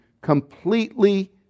completely